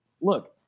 look